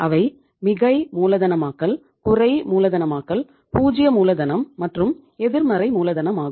அவை மிகை மூலதனமாக்கல் குறை மூலதனமாக்கல் பூஜ்ஜிய மூலதனம் மற்றும் எதிர்மறை மூலதனம் ஆகும்